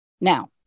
Now